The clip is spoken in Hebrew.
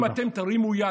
אם אתם תרימו יד,